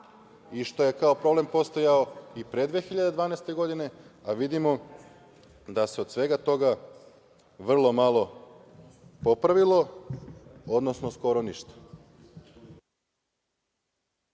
i što je kao problem postojao i pre 2012. godine, a vidimo da se od svega toga vrlo malo popravilo, odnosno skoro ništa.